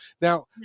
Now